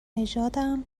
نژادم